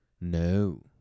No